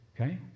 Okay